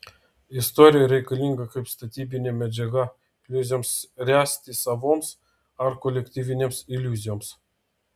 istorija reikalinga kaip statybinė medžiaga iliuzijoms ręsti savoms ar kolektyvinėms iliuzijoms